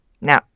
Now